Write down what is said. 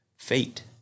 fate